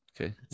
Okay